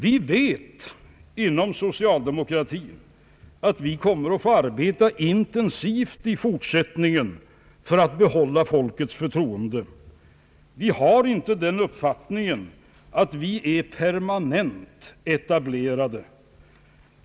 Vi vet inom socialdemokratin att vi kommer att få arbeta intensivt i fortsättningen för att behålla folkets förtroende. Vi har inte den uppfattningen att vi är permanent etablerade.